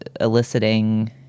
eliciting